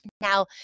Now